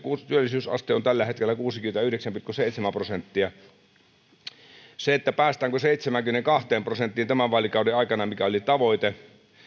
työllisyysaste on tällä hetkellä kuusikymmentäyhdeksän pilkku seitsemän prosenttia päästäänkö seitsemäänkymmeneenkahteen prosenttiin tämän vaalikauden aikana mikä oli tavoite